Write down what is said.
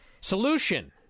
Solution